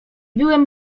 byłem